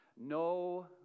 no